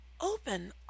open